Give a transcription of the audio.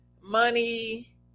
money